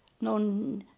no